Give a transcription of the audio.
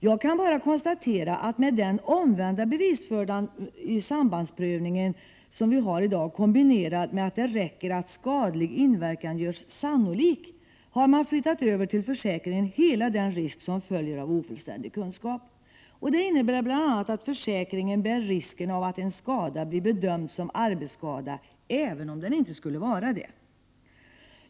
Jag kan bara konstatera, att med den omvända bevisbördan i sambandsprövningen kombinerad med att det räcker att skadlig inverkan görs sannolik ——— har man flyttat över till försäkringen hela den risk som följer av ofullständig kunskap. Det innebär bl.a. att försäkringen bär risken av att en skada blir bedömd som arbetsskada även om den inte skulle vara det.